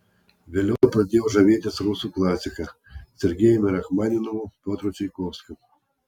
vėliau pradėjau žavėtis rusų klasika sergejumi rachmaninovu piotru čaikovskiu